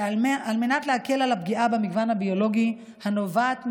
על מנת לסכל על הפגיעה במגוון הביולוגי הנובעת מצייד,